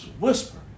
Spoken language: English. whisper